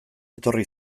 etorri